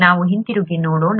ನಾವು ಹಿಂತಿರುಗಿ ನೋಡೋಣ